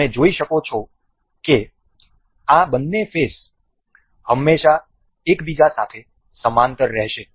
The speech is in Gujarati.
તમે જોઈ શકો છો કે આ બંને ફેસ હંમેશાં એકબીજા સાથે સમાંતર છે